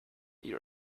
your